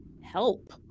help